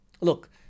Look